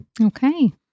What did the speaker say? Okay